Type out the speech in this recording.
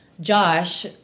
Josh